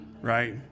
Right